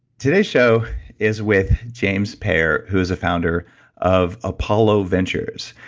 today's show is with james peyer, who is a founder of apollo ventures.